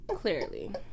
clearly